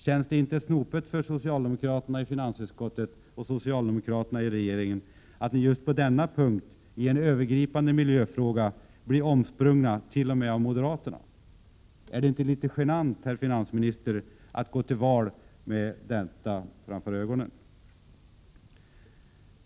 Känns det inte snopet för socialdemokraterna i finansutskottet och i regeringen att ni just på denna punkt, i en övergripande miljöfråga, blir omsprungna t.o.m. av moderaterna? Är det inte litet genant, herr finansminister, att gå till val med detta framför ögonen?